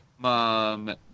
mom